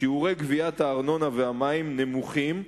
שיעורי גביית הארנונה והמים נמוכים,